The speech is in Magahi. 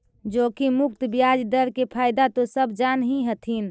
जोखिम मुक्त ब्याज दर के फयदा तो सब जान हीं हथिन